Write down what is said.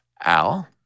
Al